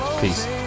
Peace